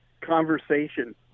conversation